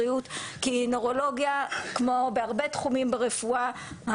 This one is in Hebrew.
נוירולוגיה כמו בהרבה תחומים ברפואה,